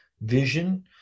vision